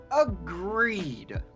Agreed